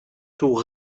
tours